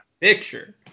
picture